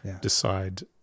decide